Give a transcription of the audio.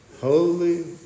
Holy